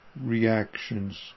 reactions